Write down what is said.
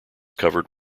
covered